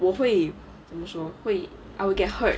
我会怎么说我会 I will get hurt